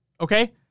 Okay